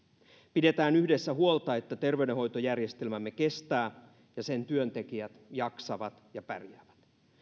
pidetään yhdessä huolta että terveydenhoitojärjestelmämme kestää ja sen työntekijät jaksavat ja pärjäävät